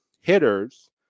hitters